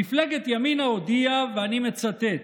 מפלגת ימינה הודיעה, ואני מצטט: